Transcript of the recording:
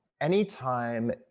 anytime